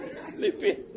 sleeping